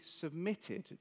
submitted